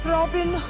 Robin